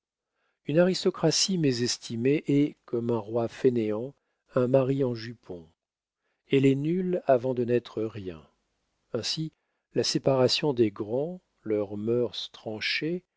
une aristocratie mésestimée est comme un roi fainéant un mari en jupon elle est nulle avant de n'être rien ainsi la séparation des grands leurs mœurs